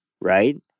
right